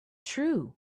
true